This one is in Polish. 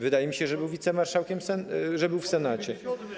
Wydaje mi się, że był wicemarszałkiem, że był w Senacie.